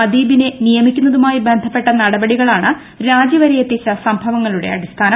അദീബിനെ നിയമിക്കുന്നതുമായി ബന്ധപ്പെട്ട നടപടികളാണ് രാജി വരെയെത്തിച്ചു സംഭവങ്ങളുടെ അടിസ്ഥാനം